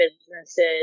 businesses